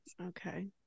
okay